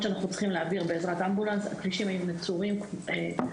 שאנחנו צריכים להעביר בעזרת אמבולנס הכבישים היו נצורים וחסומים,